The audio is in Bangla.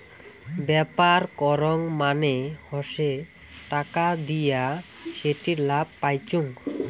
ব্যাপার করং মানে হসে টাকা দিয়া সেটির লাভ পাইচুঙ